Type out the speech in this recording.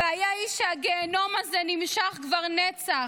הבעיה היא שהגיהינום הזה נמשך כבר נצח.